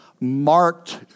marked